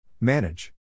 Manage